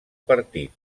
partit